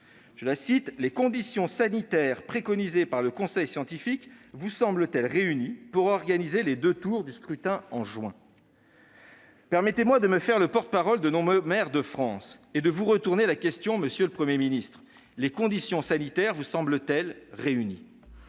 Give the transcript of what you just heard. interroge :« Les conditions sanitaires préconisées par le conseil scientifique vous semblent-elles réunies pour organiser les deux tours du scrutin en juin ?» Permettez-moi de me faire le porte-parole de nombreux maires de France et de vous retourner la question, monsieur le Premier ministre : les conditions sanitaires vous semblent-elles réunies ?